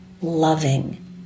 loving